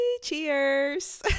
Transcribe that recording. Cheers